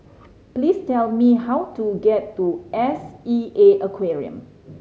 please tell me how to get to S E A Aquarium